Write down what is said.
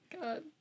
God